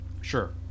Sure